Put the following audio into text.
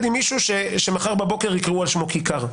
עם מישהו שמחר בבוקר יקראו על שמו כיכר,